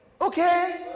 okay